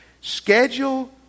schedule